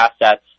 assets